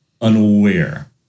unaware